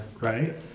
right